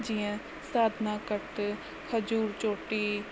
जीअं साधना कट खजूरी चोटी